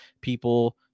people